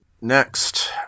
Next